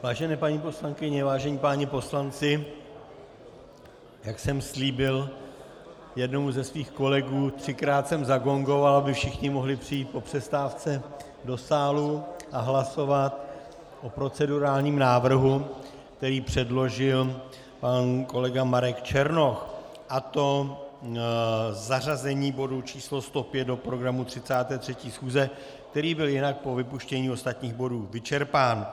Vážené paní poslankyně, vážení páni poslanci, jak jsem slíbil jednomu ze svých kolegů, třikrát jsem zagongoval, aby všichni mohli přijít po přestávce do sálu a hlasovat o procedurálním návrhu, který předložil pan kolega Marek Černoch, a to zařazení bodu číslo 105 do programu 33. schůze, který byl jinak po vypuštění ostatních bodů vyčerpán.